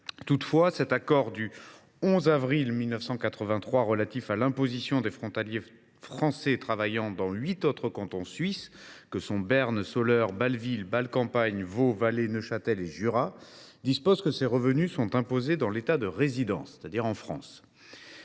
Toutefois, l’accord du 11 avril 1983 relatif à l’imposition des frontaliers français travaillant dans huit autres cantons suisses, que sont Berne, Soleure, Bâle Ville, Bâle Campagne, Vaud, Valais, Neuchâtel et Jura, dispose que ces revenus sont imposés dans l’État de résidence, c’est à dire en France.